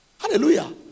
Hallelujah